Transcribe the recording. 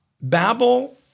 Babel